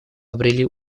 обрели